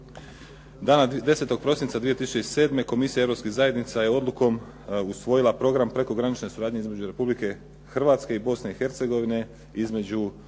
Dana 10. prosinca 2007. Komisija europskih zajednica je odlukom usvojila Program prekogranične suradnje između Republike Hrvatske i Bosne i Hercegovine, dakle